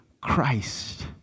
Christ